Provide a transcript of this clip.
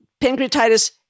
pancreatitis